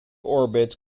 orbits